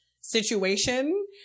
situation